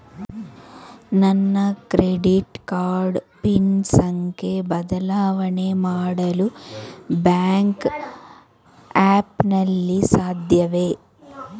ನನ್ನ credit card pin ಸಂಖ್ಯೆ ಬದಲಾವಣೆ ಮಾಡಲು ಬ್ಯಾಂಕ್ ಆ್ಯಪ್ ನಲ್ಲಿ ಸಾಧ್ಯವೇ?